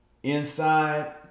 inside